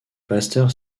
pasteur